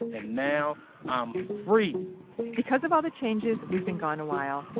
and now i'm free because of all the changes, we've been gone a while,